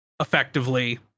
effectively